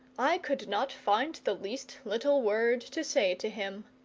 i could not find the least little word to say to him.